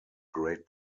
great